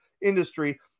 industry